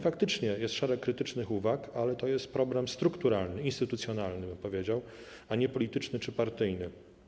Faktycznie jest szereg krytycznych uwag, ale to jest problem strukturalny, instytucjonalny, powiedziałbym, a nie polityczny czy partyjny.